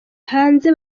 hanze